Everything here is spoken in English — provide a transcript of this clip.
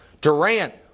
Durant